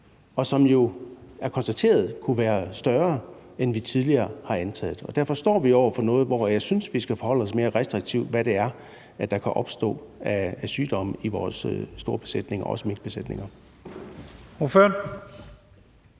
som man jo har konstateret kan være større, end vi tidligere har antaget. Og derfor står vi over for noget, som jeg synes vi skal forholde os mere restriktivt til, nemlig hvad det er, der kan opstå af sygdomme i vores store besætninger, herunder også minkbesætninger.